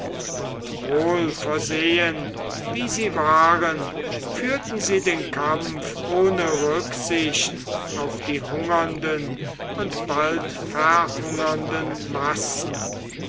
und wohl versehen wie sie waren führten sie den kampf ohne rücksicht auf die hungernden und bald verhungernden massen